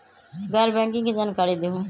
गैर बैंकिंग के जानकारी दिहूँ?